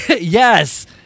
yes